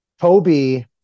Toby